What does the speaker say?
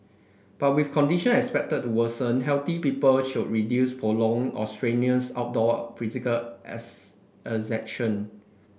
but with condition expected to worsen healthy people should reduce prolonged or strenuous outdoor physical exertion